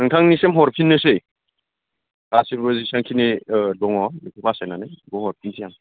नोंथांनिसिम हरफिननिसै गासिबो जेसेबां खिनि दङ बासायनानै बेखौ हरफिनसै आं